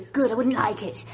good, i wouldn't like it.